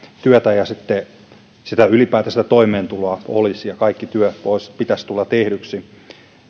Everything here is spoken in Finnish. työtä ja ylipäätänsä toimeentuloa olisi ja kaikki työ pitäisi tulla tehdyksi